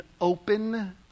open